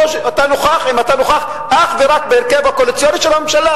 זה אם אתה נוכח אך ורק בהרכב הקואליציוני של הממשלה.